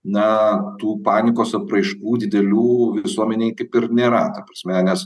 na tų panikos apraiškų didelių visuomenei kaip ir nėra ta prasme nes